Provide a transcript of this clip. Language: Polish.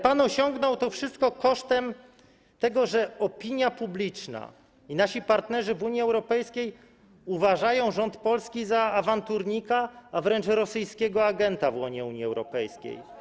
Pan osiągnął to wszystko kosztem tego, że opinia publiczna i nasi partnerzy w Unii Europejskiej uważają rząd Polski za awanturnika, wręcz rosyjskiego agenta w łonie Unii Europejskiej.